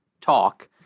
talk